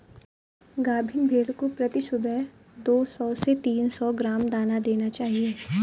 गाभिन भेड़ को प्रति सुबह दो सौ से तीन सौ ग्राम दाना देना चाहिए